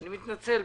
אני מתנצל.